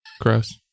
Gross